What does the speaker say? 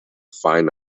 fine